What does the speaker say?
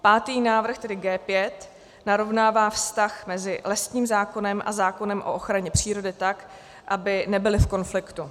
Pátý návrh, tedy G5, narovnává vztah mezi lesním zákonem a zákonem o ochraně přírody tak, aby nebyly v konfliktu.